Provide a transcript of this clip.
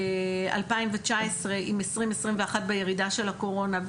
2019 עם 2021 בירידה של הקורונה,